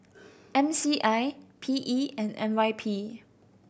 M C I P E and N Y P